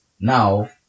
now